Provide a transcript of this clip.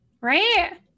right